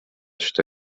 что